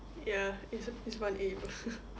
ya it's it's one A_U